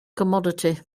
commodity